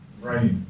Right